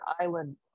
island